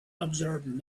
observed